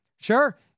Sure